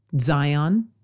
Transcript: Zion